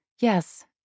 Yes